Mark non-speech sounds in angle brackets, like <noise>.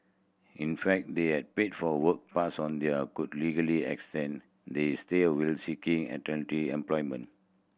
in fact they had paid for a work pass on they are could legally extend their stay <unintelligible> while seeking alternative employment